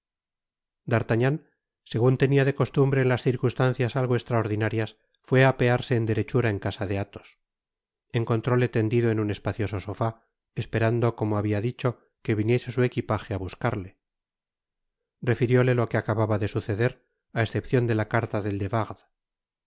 d'artagnan segun tenia de costumbre en las circunstancias algo estraordinarias fué á apearse en derec hura en casa de athos encontróle tendido en un espacioso sofá esperando como habia dicho que viniese su equipaje á buscarle refirióle lo que acababa de suceder á escepcion de la caria del de